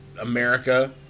America